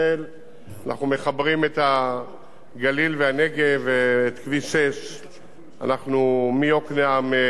אנחנו מחברים את הגליל והנגב ואת כביש 6. מיוקנעם אנחנו